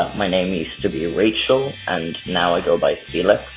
um my name used to be rachel and now i go by felix,